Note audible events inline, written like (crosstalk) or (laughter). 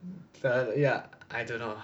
(noise) ya I don't know